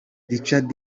richard